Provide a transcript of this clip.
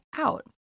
out